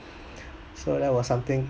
so that was something